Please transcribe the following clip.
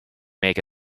make